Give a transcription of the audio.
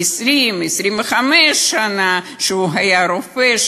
25-20 שנה שהוא היה רופא,